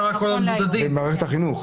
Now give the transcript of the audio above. במערכת החינוך?